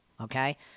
okay